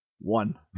One